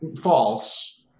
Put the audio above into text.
false